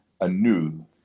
anew